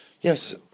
Yes